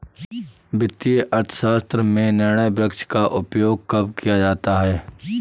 वित्तीय अर्थशास्त्र में निर्णय वृक्ष का उपयोग कब किया जाता है?